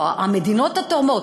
המדינות התורמות,